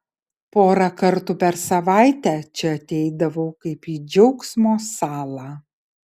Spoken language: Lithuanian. porą kartų per savaitę čia ateidavau kaip į džiaugsmo salą